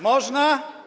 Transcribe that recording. Można?